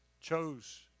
chose